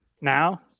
now